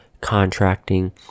contracting